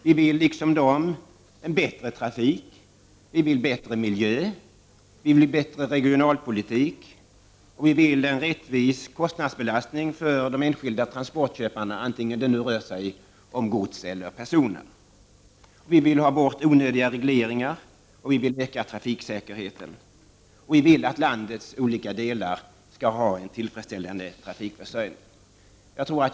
Vi vill liksom andra ha bättre trafik, bättre miljö, bättre regionalpolitik och vi vill ha rättvis kostnadsbelastning för de enskilda transportköparna, vare sig det rör sig om gods eller personer. Vi vill ha bort onödig reglering, och vi vill öka trafiksäkerheten. Vi vill ha en tillfredsställande trafikförsörjning i landets olika delar.